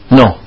no